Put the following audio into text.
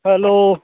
hello